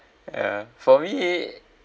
ya for me